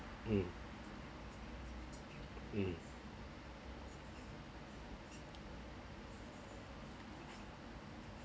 mm mm